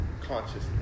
Consciousness